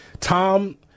Tom